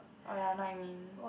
oh ya know what you mean